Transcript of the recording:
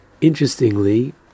interestingly